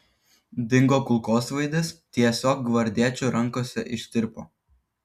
dingo kulkosvaidis tiesiog gvardiečių rankose ištirpo